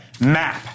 map